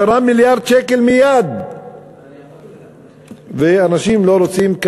10 מיליארד שקל מייד ואנשים לא רוצים.